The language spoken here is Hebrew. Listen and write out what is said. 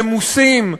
רמוסים,